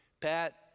Pat